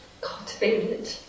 cultivated